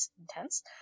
intense